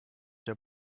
der